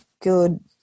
good